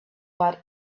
but